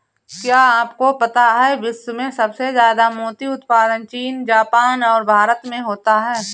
क्या आपको पता है विश्व में सबसे ज्यादा मोती उत्पादन चीन, जापान और भारत में होता है?